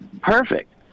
Perfect